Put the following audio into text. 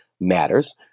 matters